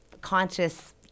conscious